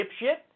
dipshit